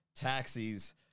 taxis